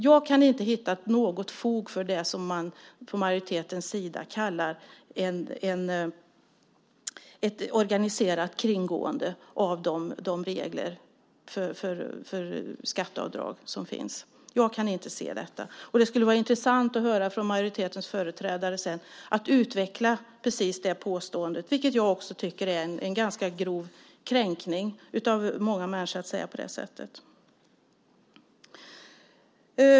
Jag kan inte hitta något fog för det som man från majoritetens sida kallar ett organiserat kringgående av de regler för skatteavdrag som finns. Jag kan inte se detta. Det skulle vara intressant att höra majoritetens företrädare utveckla precis det påståendet. Det är också en ganska grov kränkning av många människor att säga på det sättet.